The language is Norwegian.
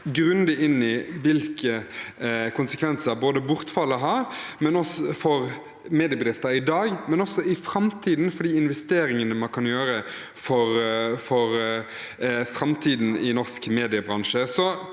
grundig inn i hvilke konsekvenser bortfallet har for mediebedrifter i dag, og også for framtiden, med tanke på de investeringene man kan gjøre for framtiden i norsk mediebransje.